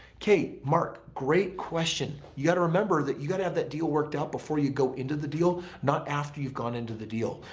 okay mark, great question. you got to remember that you got to have that deal worked out before you go into the deal not after you've gone into the deal.